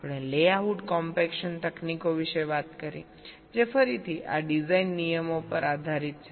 આપણે layout compaction તકનીકો વિશે વાત કરી જે ફરીથી આ ડિઝાઇન નિયમો પર આધારિત છે